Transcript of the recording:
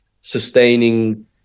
sustaining